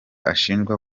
ashinjwa